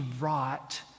rot